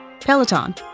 Peloton